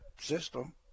system